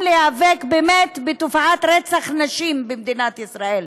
להיאבק באמת בתופעת רצח נשים במדינת ישראל.